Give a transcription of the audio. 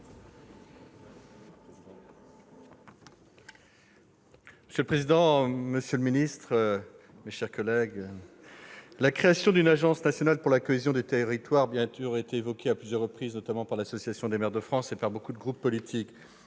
Monsieur le président, monsieur le ministre, mes chers collègues, la création d'une agence nationale de la cohésion des territoires a été évoquée à plusieurs reprises par l'Association des maires de France et par de nombreux groupes politiques.